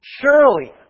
Surely